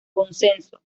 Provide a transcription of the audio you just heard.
consenso